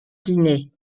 guinée